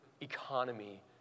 economy